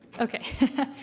Okay